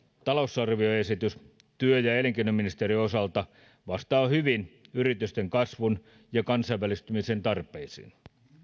talousarvioesitys työ ja elinkeinoministeriön osalta vastaa hyvin yritysten kasvun ja kansainvälistymisen tarpeisiin